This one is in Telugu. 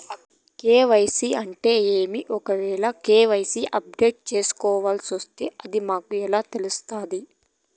కె.వై.సి అంటే ఏమి? ఒకవేల కె.వై.సి అప్డేట్ చేయాల్సొస్తే అది మాకు ఎలా తెలుస్తాది?